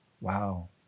wow